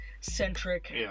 centric